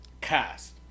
cast